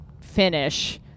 finish